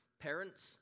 parents